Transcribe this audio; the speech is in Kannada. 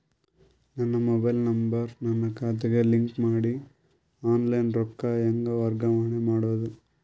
ನನ್ನ ಮೊಬೈಲ್ ನಂಬರ್ ನನ್ನ ಖಾತೆಗೆ ಲಿಂಕ್ ಮಾಡಿ ಆನ್ಲೈನ್ ರೊಕ್ಕ ಹೆಂಗ ವರ್ಗಾವಣೆ ಮಾಡೋದು?